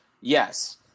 Yes